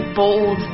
bold